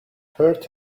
hurt